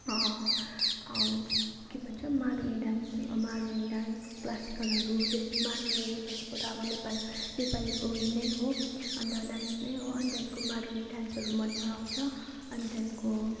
के भन्छ Maruni dance Maruni dance क्लासिकलहरू त्यस्तो मारुनी भनेको त अब नेपाल नेपालीको उयो नै हो अन्त डान्स नै हो अन्त त्यहाँदेखिको मारुनी डान्सहरू मनपराउँछ अन्त त्यहाँदेखिको